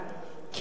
כי ללא זה,